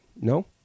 No